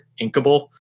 inkable